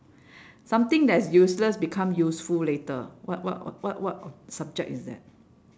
something that is useless become useful later what what what what subject is that